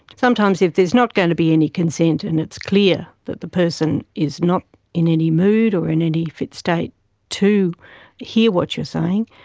sometimes if there's not going to be any consent and it's clear that the person is not in any mood or in any fit state to hear what you are saying,